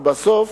ולבסוף,